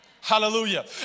hallelujah